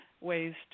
ways